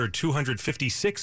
256